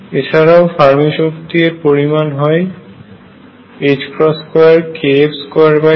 এছাড়াও ফার্মি শক্তি এর পরিমাণ হয় 2kF22m